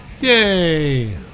Yay